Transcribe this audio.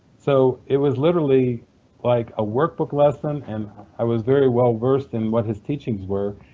so it was literally like a workbook lesson and i was very well-versed in what his teachings were,